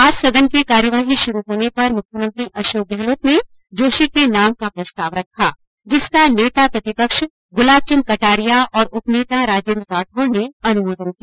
आज सदन की कार्यवाही शुरू होने पर मुख्यमंत्री अशोक गहलोत ने जोशी के नाम का प्रस्ताव रखा जिसका नेता प्रतिपक्ष गुलाबचन्द कटारिया और उप नेता राजेन्द्र राठौड ने अनुमोदन किया